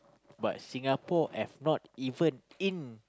but Singapore have not even in